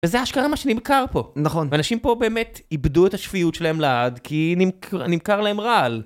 וזה אשכרה מה שנמכר פה. נכון. ואנשים פה באמת איבדו את השפיות שלהם לעד כי נמכר להם רעל.